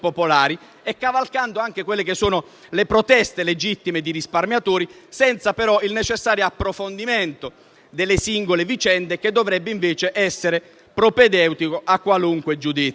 e cavalcando anche le legittime proteste dei risparmiatori, senza però il necessario approfondimento delle singole vicende, che dovrebbe invece essere propedeutico a qualunque giudizio.